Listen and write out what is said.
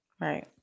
Right